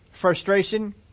Frustration